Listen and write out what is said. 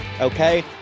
okay